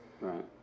Right